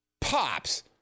Pops